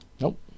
Nope